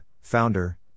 Founder